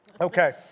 Okay